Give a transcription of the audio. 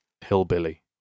hillbilly